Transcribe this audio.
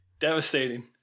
Devastating